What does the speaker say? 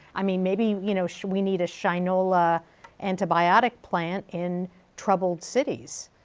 i mean maybe, you know, we need a shinola antibiotic plant in troubled cities.